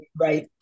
Right